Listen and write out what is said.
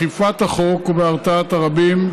באכיפת החוק ובהרתעת הרבים,